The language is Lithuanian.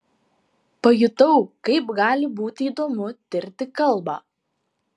pajutau kaip gali būti įdomu tirti kalbą